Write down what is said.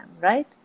right